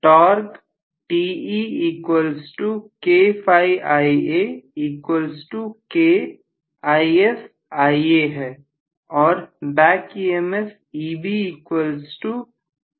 torch है और back EMF है